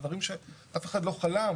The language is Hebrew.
דברים שאף אחד לא חלם